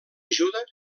ajuda